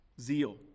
zeal